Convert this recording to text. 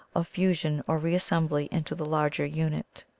of fusion or reassembly into the larger unit.